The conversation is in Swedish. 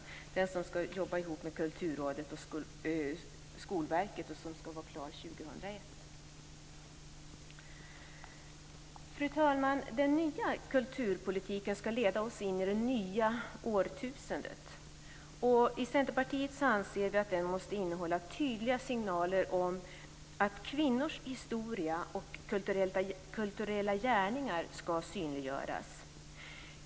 Arbetsgruppen, som ska jobba ihop med Kulturrådet och Skolverket, ska vara klar 2001. Fru talman! Den nya kulturpolitiken ska leda oss in i det nya årtusendet. I Centerpartiet anser vi att den måste innehålla tydliga signaler om att kvinnors historia och kulturella gärningar ska synliggöras.